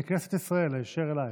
מכנסת ישראל הישר אליך.